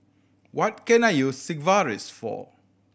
what can I use Sigvaris for